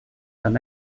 d’un